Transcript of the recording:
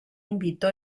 invitó